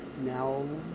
now